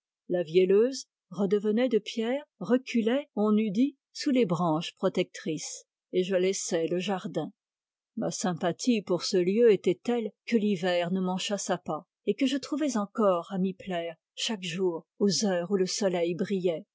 la vielleuse redevenait de pierre reculait on eût dit sous les branches protectrices et je laissais le jardin ma sympathie pour ce lieu était telle que l'hiver ne m'en chassa pas et que je trouvais encore à m'y plaire chaque jour aux heures où le soleil brillait